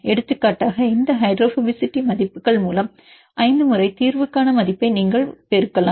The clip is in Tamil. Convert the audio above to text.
எடுத்துக்காட்டாக இந்த ஹைட்ரோபோபசிட்டி மதிப்புகள் மூலம் 5 முறை தீர்வுக்கான மதிப்பை நீங்கள் பெருக்கலாம்